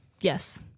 yes –